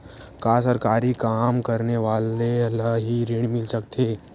का सरकारी काम करने वाले ल हि ऋण मिल सकथे?